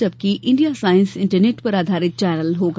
जबकि India science internet पर आधारित चैनल होगा